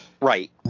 Right